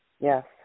Yes